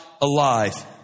alive